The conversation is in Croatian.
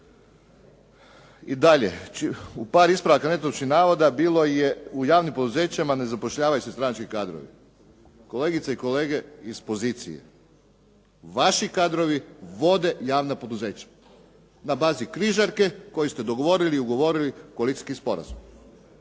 I dalje, u par ispravaka netočnih navoda bilo je u javnim poduzećima ne zapošljavaju se stranački kadrovi. Kolegice i kolege iz pozicije, vaši kadrovi vode javna poduzeća na bazi križarke koju ste dogovorili i ugovorili koalicijskim sporazumom.